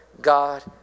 God